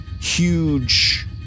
huge